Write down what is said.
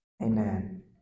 Amen